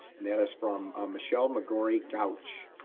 and that is from a michelle mcgorry gouch.